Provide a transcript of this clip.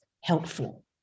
helpful